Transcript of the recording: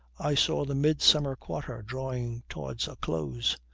i saw the midsummer quarter drawing towards a close.